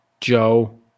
Joe